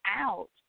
out